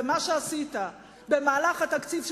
ומה שעשית במהלך התקציב,